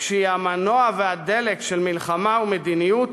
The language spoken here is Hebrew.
כשהיא המנוע והדלק של מלחמה ומדיניות,